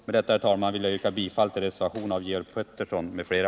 Med detta, herr talman, vill jag yrka bifall till reservationen av Georg Pettersson m.fl.